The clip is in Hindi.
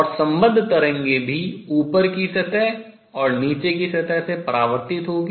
और सम्बद्ध तरंगें भी ऊपर की सतह और नीचे की सतह से परावर्तित होंगी